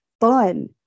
fun